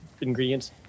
ingredients